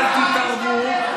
אל תגיד כך, "אל תעשו".